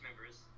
members